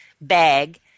bag